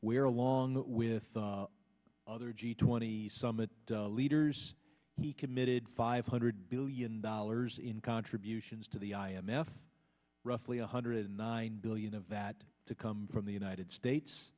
where along with the other g twenty summit leaders he committed five hundred billion dollars in contributions to the i m f roughly one hundred nine billion of that to come from the united states